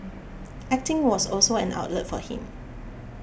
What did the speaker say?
acting was also an outlet for him